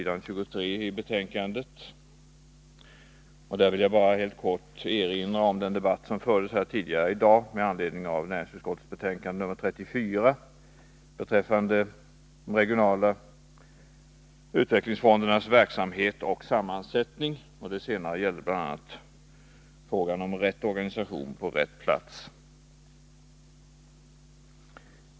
Där vill jag bara helt kort erinra om den debatt som förts här tidigare i dag med anledning av näringsutskottets betänkande nr 34 beträffande de regionala utvecklingsfondernas verksamhet och sammansättning. Det senare gällde bl.a. frågan om rätt organisation på rätt plats.